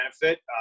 benefit